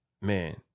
man